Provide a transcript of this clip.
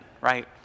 right